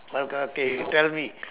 okay okay you tell me